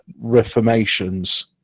reformations